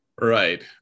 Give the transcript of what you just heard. Right